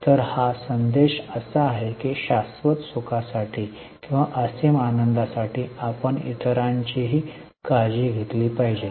तर हा संदेश असा आहे की शास्वत सुखांसाठी किंवा असीम आनंदासाठी आपण इतरांचीही काळजी घेतली पाहिजे